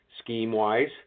scheme-wise